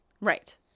Right